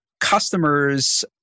customers